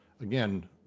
again